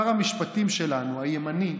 שר המשפטים שלנו, הימני,